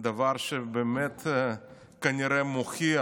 דבר שכנראה באמת מוכיח